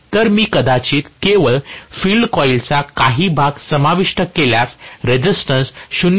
तर मी कदाचित केवळ फील्ड कॉईलचा काही भाग समाविष्ट केल्यास रेसिस्टन्स 0